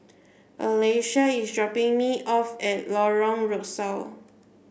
Alesha is dropping me off at Lorong Rusuk